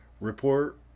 Report